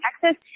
Texas